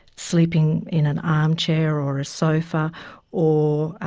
sleeping in an armchair or a sofa or